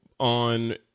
on